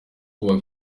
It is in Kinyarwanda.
rwo